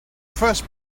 first